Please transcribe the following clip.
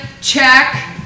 check